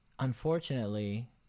Unfortunately